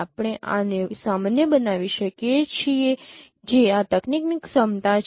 આપણે આને સામાન્ય બનાવી શકીએ છીએ જે આ તકનીકની ક્ષમતા છે